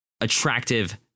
attractive